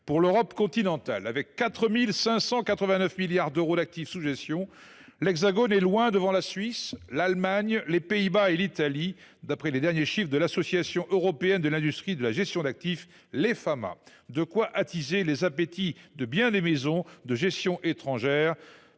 pour l’Europe continentale. Avec 4 589 milliards d’euros d’actifs sous gestion, l’Hexagone est loin devant la Suisse, l’Allemagne, les Pays Bas et l’Italie, d’après les derniers chiffres de l’association européenne de l’industrie de la gestion d’actifs, l’Efama. De quoi attiser les appétits de bien des maisons de gestion étrangères.